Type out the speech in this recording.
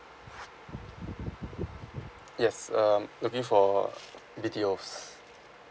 yes um looking for B_T_Os